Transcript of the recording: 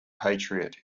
patriot